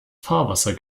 fahrwasser